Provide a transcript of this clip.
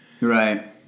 Right